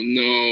no